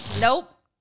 nope